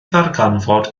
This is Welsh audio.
ddarganfod